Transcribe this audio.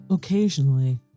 Occasionally